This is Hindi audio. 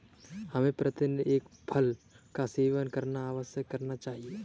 हमें प्रतिदिन एक फल का सेवन अवश्य करना चाहिए